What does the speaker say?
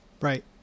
Right